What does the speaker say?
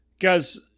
Guys